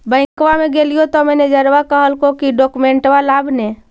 बैंकवा मे गेलिओ तौ मैनेजरवा कहलको कि डोकमेनटवा लाव ने?